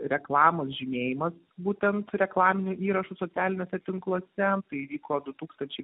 reklamos žymėjimas būtent reklaminių įrašų socialiniuose tinkluose tai įvyko du tūkstančiai